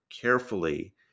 carefully